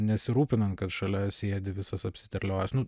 nesirūpinam kad šalia sėdi visas apsiterliojęs nu